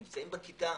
שנמצאים בכיתה,